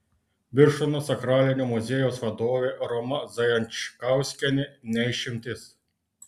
birštono sakralinio muziejaus vadovė roma zajančkauskienė ne išimtis